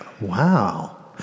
Wow